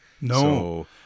No